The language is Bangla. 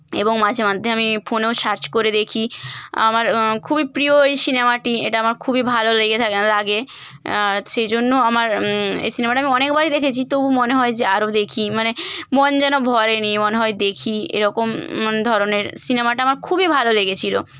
এবং মাঝে মধ্যে আমি ফোনেও সার্চ করে দেখি আমার খুবই প্রিয় এই সিনেমাটি এটা আমার খুবই ভালো লেগে থাকে লাগে সেই জন্য আমার এই সিনেমাটা আমি অনেকবারই দেখেছি তবু মনে হয় যে আরও দেখি মানে মন যেন ভরেনি মনে হয় দেখি এরকম ধরনের সিনেমাটা আমার খুবই ভালো লেগেছিলো